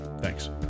Thanks